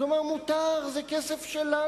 אז הוא אמר: מותר, זה כסף שלנו.